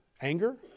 anger